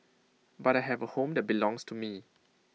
but I have A home that belongs to me